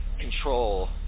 control